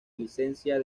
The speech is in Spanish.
licencia